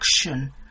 action